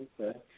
Okay